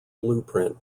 blueprint